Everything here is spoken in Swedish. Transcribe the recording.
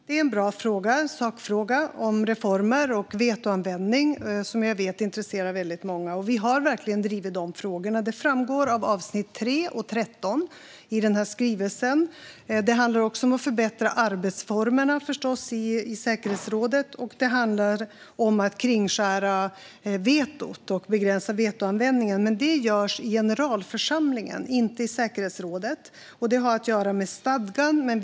Fru talman! Detta är en bra sakfråga om reformer och vetoanvändning, som jag vet intresserar många. Vi har verkligen drivit dessa frågor, och detta framgår av avsnitt 3 och 13 i skrivelsen. Det handlar om att förbättra arbetsformerna i säkerhetsrådet och också om att kringskära vetot och begränsa vetoanvändningen, men detta görs i generalförsamlingen, inte i säkerhetsrådet. Det har att göra med stadgan.